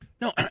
No